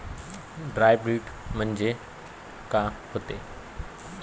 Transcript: Hybrid म्हनजे का होते?